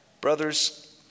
Brothers